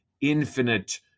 infinite